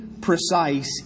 precise